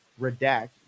redact